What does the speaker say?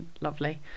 lovely